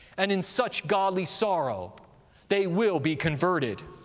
and in such godly sorrow they will be converted.